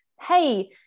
hey